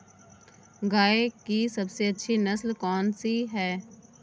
गाय की सबसे अच्छी नस्ल कौनसी है?